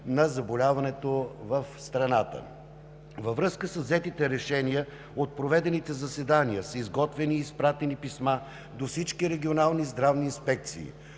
на заболяването в страната. Във връзка с взетите решения от проведените заседания са изготвени и изпратени писма до всички регионални здравни инспекции.